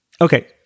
Okay